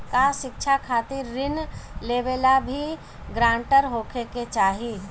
का शिक्षा खातिर ऋण लेवेला भी ग्रानटर होखे के चाही?